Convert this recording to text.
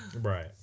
Right